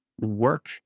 work